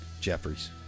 Jeffries